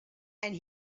and